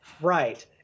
Right